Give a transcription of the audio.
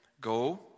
Go